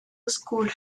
oscura